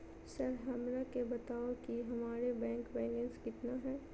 Sir हमरा के बताओ कि हमारे बैंक बैलेंस कितना है?